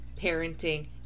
parenting